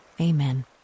amen